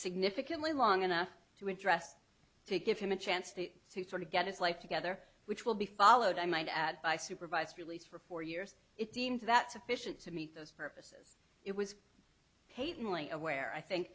significantly long enough to address to give him a chance to sort of get his like together which will be followed i might add by supervised release for four years it seems that sufficient to meet those purposes it was paid only aware i think